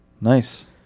Nice